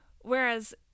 Whereas